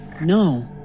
No